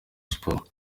sports